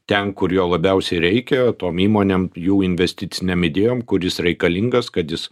ten kur jo labiausiai reikia tom įmonėm jų investicinėm idėjom kuris reikalingas kad jis